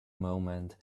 moment